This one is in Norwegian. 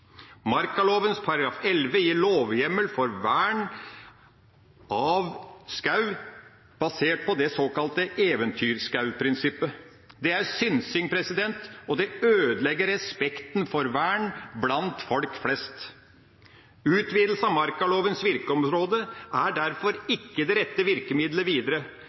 gir lovhjemmel for vern av skog basert på det såkalte eventyrskogprinsippet. Det er synsing, og det ødelegger respekten for vern blant folk flest. Utvidelse av markalovens virkeområde er derfor ikke det rette virkemiddelet videre.